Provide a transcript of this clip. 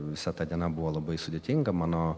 visa ta diena buvo labai sudėtinga mano